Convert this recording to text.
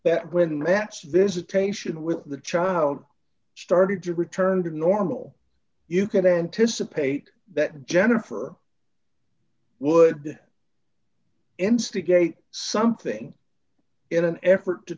that when maps visitation with the child started to return to normal you could anticipate that jennifer would instigate something in an effort to